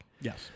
Yes